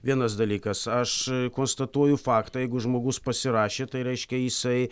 vienas dalykas aš konstatuoju faktą jeigu žmogus pasirašė tai reiškia jisai